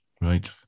Right